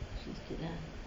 sweet sikit lah